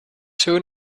soon